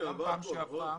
אבל בפעם שעברה,